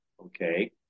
Okay